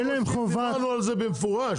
זה על חשבון העיריות.